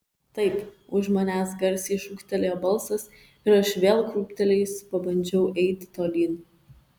taip už manęs garsiai šūktelėjo balsas ir aš vėl krūptelėjusi pabandžiau eiti tolyn